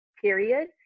period